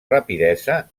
rapidesa